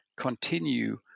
continue